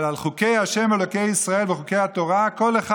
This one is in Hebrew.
אבל את חוקי ה' אלוקי ישראל וחוקי התורה כל אחד